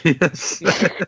Yes